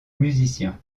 musicien